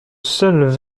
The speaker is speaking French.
seul